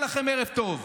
שיהיה לכם ערב טוב.